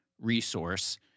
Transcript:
resource